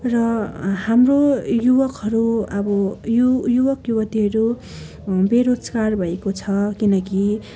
र हाम्रो युवकहरू अब यु युवकयुवतीहरू बेरोजगार भएको छ किनकि